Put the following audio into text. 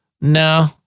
No